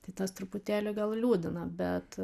tai tas truputėlį gal liūdina bet